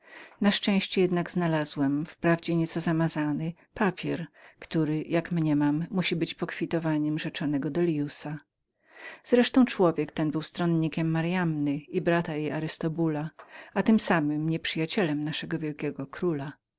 na szczęście jednak znalazłem wprawdzie nieco zamazany papier który jednak mniemam że musi być pokwitowaniem rzeczonego delliusa z resztą człowiek ten był stronnikiem maryanny i brata jej arystobula a tem samem nieprzyjacielem naszego wielkiego króla